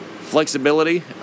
flexibility